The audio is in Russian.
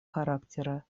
характера